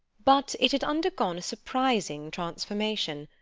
but it had undergone a surprising transformation.